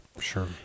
Sure